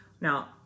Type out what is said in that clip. Now